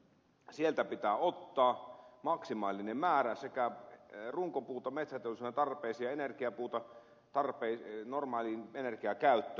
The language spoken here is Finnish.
sieltä pitää ottaa maksimaalinen määrä sekä runkopuuta metsäteollisuuden tarpeisiin että energiapuuta normaaliin energiakäyttöön